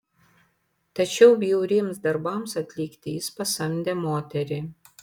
tačiau bjauriems darbams atlikti jis pasamdė moterį